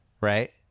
Right